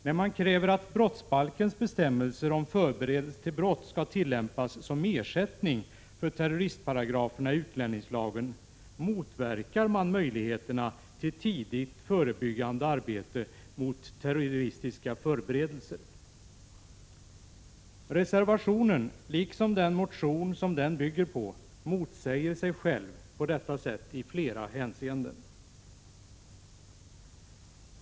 När man kräver att brottsbalkens bestämmelser om förberedelse till brott skall tillämpas som ersättning för terroristparagraferna i utlänningslagen, motverkar man möjligheterna till tidigt förebyggande arbete mot terroristiska förberedelser. Reservationen, liksom den motion som den bygger på, motsäger sig själv på detta sätt i flera hänseenden.